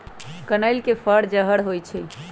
कनइल के फर जहर होइ छइ